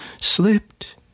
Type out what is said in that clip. slipped